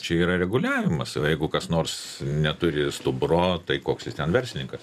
čia yra reguliavimas jeigu kas nors neturi stuburo tai koks jis ten verslininkas